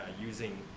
using